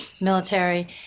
military